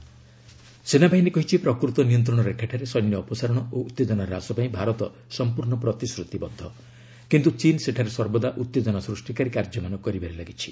India LAC ସେନାବାହିନୀ କହିଛି ପ୍ରକୃତ ନିୟନ୍ତ୍ରଣରେଖାଠାରେ ସୈନ୍ୟ ଅପସାରଣ ଓ ଉତ୍ତେଜନା ହ୍ରାସ ପାଇଁ ଭାରତ ସମ୍ପର୍ଣ୍ଣ ପ୍ରତିଶ୍ରତିବଦ୍ଧ କିନ୍ତୁ ଚୀନ୍ ସେଠାରେ ସର୍ବଦା ଉତ୍ତେଜନା ସୃଷ୍ଟିକାରୀ କାର୍ଯ୍ୟମାନ କରିବାରେ ଲାଗିଛି